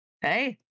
Hey